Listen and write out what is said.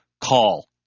call